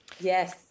Yes